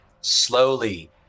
slowly